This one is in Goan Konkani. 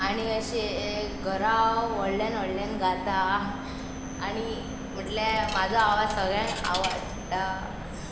आनी अशें घरा व्हडल्यान व्हडल्यान गाता आनी म्हटल्या म्हजो आवाज सगळ्यांक आवडटा